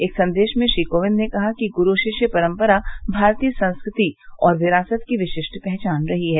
एक संदेश में श्री कोविंद ने कहा कि गुरु शिष्य परम्परा भारतीय संस्कृति और विरासत की विशिष्ट पहचान रही है